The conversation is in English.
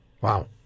Wow